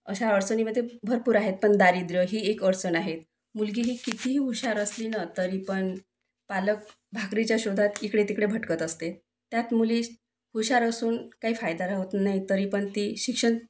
अशा अडचणी मग ते भरपूर आहेत पण दारिद्र्य ही एक अडचण आहे मुलगी ही कितीही हुशार असली ना तरी पण पालक भाकरीच्या शोधात इकडे तिकडे भटकत असते त्यात मुली हुशार असून काही फायदा होत नाही तरी पण ती शिक्षण